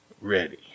ready